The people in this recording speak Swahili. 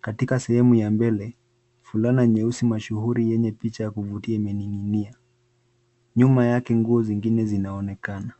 Katika sehemu ya mbele fulana nyeusi mashuhuri yenye picha ya kuvutia imening'inia. Nyuma yake nguo zingine zinaonekana.